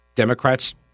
Democrats